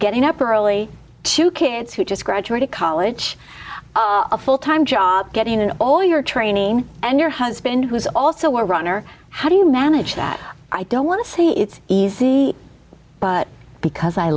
getting up early two kids who just graduated college a full time job getting an all your training and your husband who's also a runner how do you manage that i don't want to say it's easy but because i